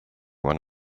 one